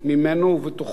ממנו ובתוכו.